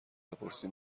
بپرسی